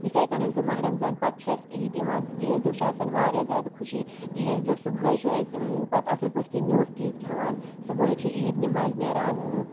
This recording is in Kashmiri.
یِتھَے کَنۍ سُہ ماہِ رمضان پَتہٕ چھُ اَسہِ عیٖد یِوان تہٕ عیٖذ دۄہ چھِ آسان واریاہ زیادٕ خوشی عیٖذ دۄہ صُبحٲے چھُ أسۍ پَتہٕ اَصٕل پٲٹھۍ کینٛہہ میوٗٹھ چیٖز کھٮ۪وان صُبحٲے چھُ عیٖد نِمازِ نیران